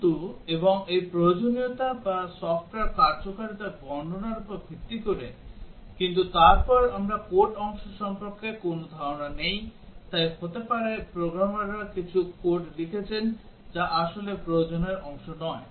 কিন্তু এবং এই প্রয়োজনীয়তা বা সফ্টওয়্যার কার্যকারিতা বর্ণনা উপর ভিত্তি করে কিন্তু তারপর আমরা কোড অংশ সম্পর্কে কোন ধারণা নেই তাই হতে পারে প্রোগ্রামাররা কিছু কোড লিখেছেন যা আসলে প্রয়োজনের অংশ নয়